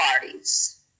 parties